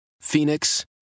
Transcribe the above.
Phoenix